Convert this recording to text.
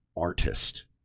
artist